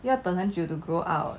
要等很久 to grow out